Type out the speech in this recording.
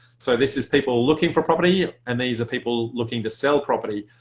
so this is people looking for property and these are people looking to sell property.